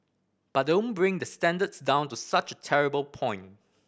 but don't bring the standards down to such a terrible point